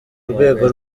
rwego